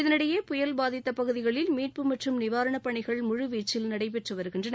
இதனிடையே புயல் பாதித்த பகுதிகளில் மீட்பு மற்றும் நிவாரணப் பணிகள் முழுவீச்சில் நடைபெற்று வருகின்றன